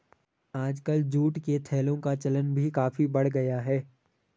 आजकल जूट के थैलों का चलन भी काफी बढ़ गया है